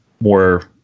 more